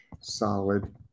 solid